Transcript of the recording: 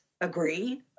agree